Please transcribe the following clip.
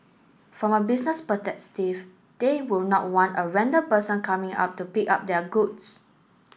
from a business they will not want a random person coming up to pick up their goods